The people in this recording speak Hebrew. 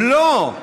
לא,